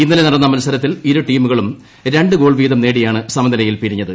ഇന്നലെ നടന്ന മത്സരത്തിൽ ഇരു ടീമുകളും രണ്ട് ഗോൾ വീതം നേടിയാണ് സമനിലയിൽ പിരിഞ്ഞത്